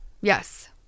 yes